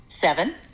Seven